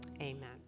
amen